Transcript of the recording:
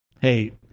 hey